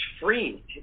free